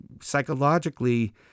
psychologically